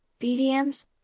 BDMs